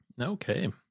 Okay